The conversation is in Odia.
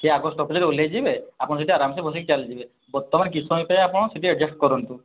ସିଏ ଆଗ ସ୍ଟପେଜରେ ଓହ୍ଲେଇ ଯିବେ ଆପଣ ସେଇଠି ଆରାମ ସେ ବସିକି ଚାଲିଯିବେ ବର୍ତ୍ତମାନ କିଛି ସମୟ ପାଇଁ ଆପଣ ସିଟ୍ ଆଡ଼ଜଷ୍ଟ କରନ୍ତୁ